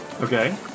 Okay